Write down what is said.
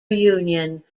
union